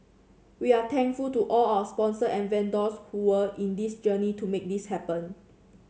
we are thankful to all our sponsor and vendors who were in this journey to make this happen